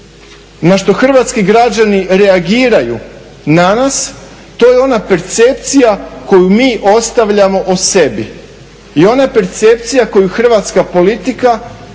na što hrvatski građani reagiraju na nas to je ona percepcija koju mi ostavljamo o sebi i ona percepcija koju hrvatska politika,